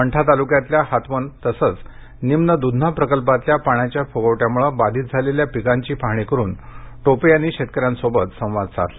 मंठा तालुक्यातल्या हातवन तसंच निम्न द्धना प्रकल्पातल्या पाण्याच्या फुगवट्यामुळे बाधित झालेल्या पिकांची पाहणी करून टोपे यांनी शेतकऱ्यांशी संवाद साधला